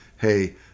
hey